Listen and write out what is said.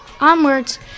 onwards